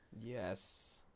Yes